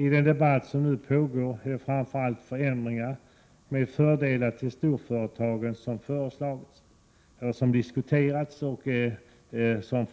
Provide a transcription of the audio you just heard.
I den debatt som nu pågår är det framför allt förändringar med fördelar för storföretagen som har föreslagits, diskuterats och